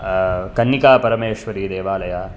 कन्निकापरमेश्वरी देवालयः